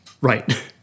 Right